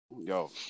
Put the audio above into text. yo